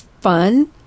fun